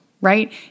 right